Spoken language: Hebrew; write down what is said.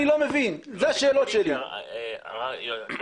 אני